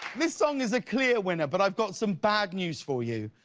this song is a clear winner but i've got some bad news for you.